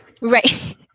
right